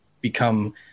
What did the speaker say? become